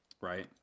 right